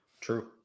True